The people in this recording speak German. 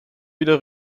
wieder